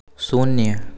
शून्य